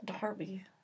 Darby